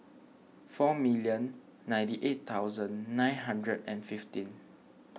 four million ninety eight thousand nine hundred and fifteen